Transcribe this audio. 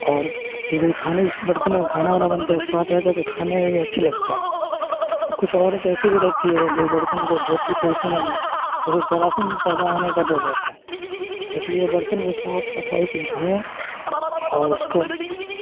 اور جیسے کھانے جس برتن میں کھانا اونا بنتا ہے وہ صاف رہتا ہے تو کھانے میں بھی اچھا لگتا ہے کچھ عورت ایسی بھی رہتی ہے جو برتن کو دھوتی صحیح سے نہیں ہے جیس سے جراثیم پیدا ہونے کا ڈر رہتا ہے اس لیے برتن کو صاف صفائی سے دھوئیں اور اس کو